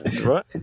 right